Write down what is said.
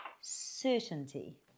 certainty